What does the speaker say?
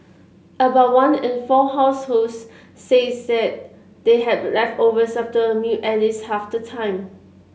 about one in four households say said they had leftovers after a meal at least half the time